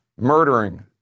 murdering